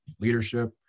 leadership